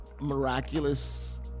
miraculous